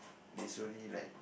they slowly like